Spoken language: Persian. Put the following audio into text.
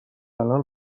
الان